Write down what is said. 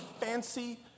fancy